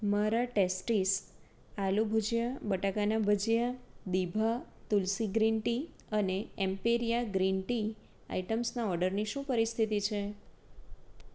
મારા ટૅસ્ટીસ આલુ ભુજિયા બટાકાના ભુજિયા દીભા તુલસી ગ્રીન ટી અને એમ્પેરિયા ગ્રીન ટી આઇટમ્સના ઓર્ડરની શું પરિસ્થિતિ છે